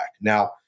Now